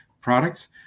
products